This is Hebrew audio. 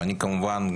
ואני כמובן,